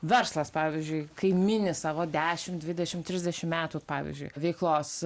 verslas pavyzdžiui kai mini savo dešim dvidešim trisdešim metų pavyzdžiui veiklos